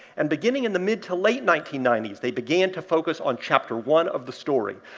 and beginning in the mid to late nineteen ninety s, they began to focus on chapter one of the story.